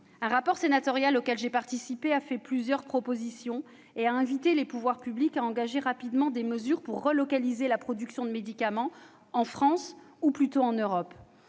l'élaboration duquel j'ai participé, a avancé plusieurs propositions invitant les pouvoirs publics à engager rapidement des mesures pour relocaliser la production de médicaments en France, ou plutôt en Europe.